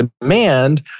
demand